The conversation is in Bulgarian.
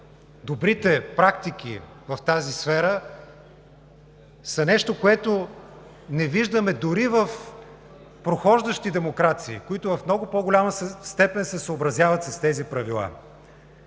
добрите практики в тази сфера са нещо, което не виждаме дори в прохождащи демокрации, които в много по-голяма степен се съобразяват с тези правила.